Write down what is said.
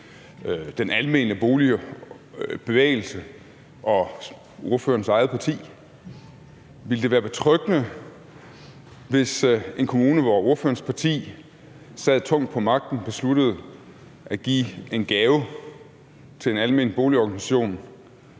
den almene boligbevægelse og ordførerens eget parti. Ville det være betryggende, hvis en kommune, hvor ordførerens parti sad tungt på magten, besluttede at give en gave til en almen boligorganisation?